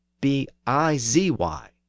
B-I-Z-Y